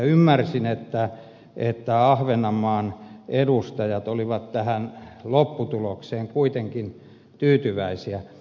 ymmärsin että ahvenanmaan edustajat olivat tähän lopputulokseen kuitenkin tyytyväisiä